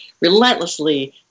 relentlessly